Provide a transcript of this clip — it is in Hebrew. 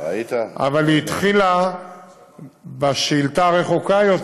אבל היא התחילה בשאילתה הרחוקה יותר,